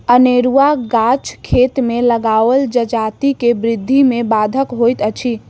अनेरूआ गाछ खेत मे लगाओल जजाति के वृद्धि मे बाधक होइत अछि